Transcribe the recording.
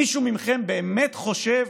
מישהו מכם באמת חושב